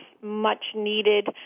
much-needed